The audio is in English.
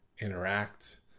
interact